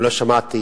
לא שמעתי